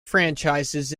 franchises